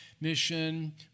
mission